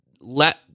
let